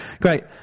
Great